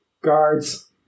Guards